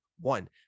one